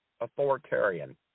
authoritarian